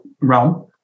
realm